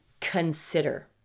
consider